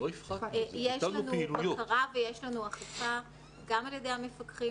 יש לנו בקרה ואכיפה גם על ידי המפקחים